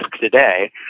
today